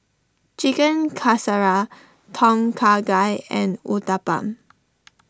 Chicken Casserole Tom Kha Gai and Uthapam